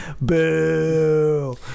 Boo